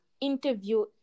interview